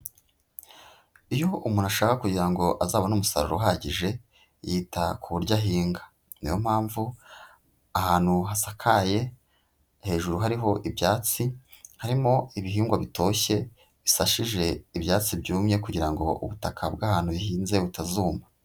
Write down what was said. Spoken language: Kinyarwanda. Iyo umuntu ashaka kugira ngo azabone umusaruro uhagije yita ku buryo ahinga, niyo mpamvu ahantu hasakaye, hejuru hariho ibyatsi, harimo ibihingwa bitoshye bisashije ibyatsi byumye kugira ngo ubutaka bw'ahantu uhinze butazuma.